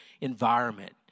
environment